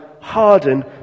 harden